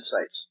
insights